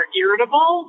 irritable